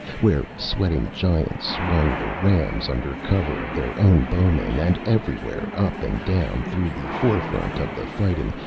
where sweating giants swung the rams under cover of their own bowmen. and everywhere, up and down through the forefront of the fighting,